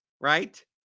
right